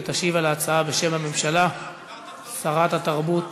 תשיב על ההצעה בשם הממשלה שרת התרבות